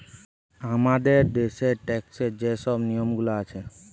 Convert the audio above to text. আমাদের দ্যাশের ট্যাক্সের যে শব নিয়মগুলা আছে